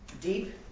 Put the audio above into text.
deep